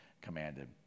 commanded